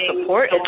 support